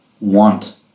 want